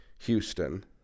Houston